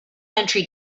entry